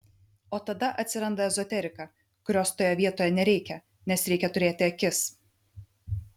o tada atsiranda ezoterika kurios toje vietoje nereikia nes reikia turėti akis